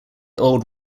old